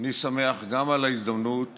אני שמח גם על ההזדמנות